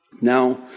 now